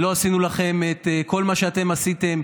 ולא עשינו לכם את כל מה שאתם עשיתם,